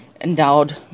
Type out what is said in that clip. endowed